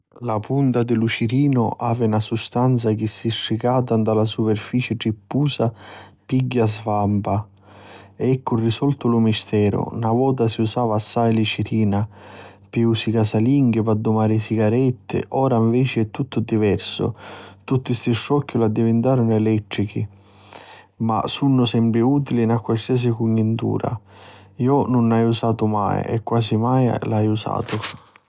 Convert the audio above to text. La punta di lu cirinu havi na sustanza chi si stricata nta na superfici trippusa pigghia svampa, eccu risoltu lu misteru. na vota si ussavanu assai li cirina, pi usi casalinghi, p'addumari li sicaretti, ora nveci è tuttu diversu. Tutti sti strocchiuli addivintaru elettrichi ma sunnu sempri utili nta qualsiasi cugnintura. Iu nun ni usu mai e quasi mai n'haiu usatu.